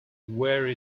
where